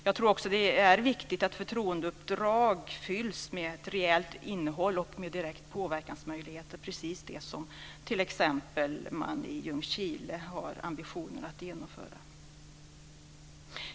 Jag tror att det är viktigt att förtroendeuppdrag fylls med ett reellt innehåll och med direkta påverkansmöjligheter - precis det som man t.ex. i Ljungskile har ambitionen att genomföra.